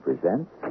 presents